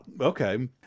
okay